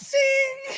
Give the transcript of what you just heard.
Sing